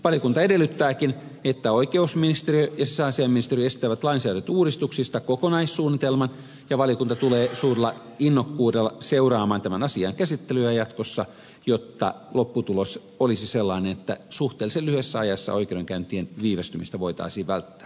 valiokunta edellyttääkin että oikeusministeriö ja sisäasiainministeriö esittävät lainsäädäntöuudistuksista kokonaissuunnitelman ja valiokunta tulee suurella innokkuudella seuraamaan tämän asian käsittelyä jatkossa jotta lopputulos olisi sellainen että suhteellisen lyhyessä ajassa oikeudenkäyntien viivästymistä voitaisiin välttää